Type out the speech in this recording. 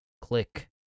click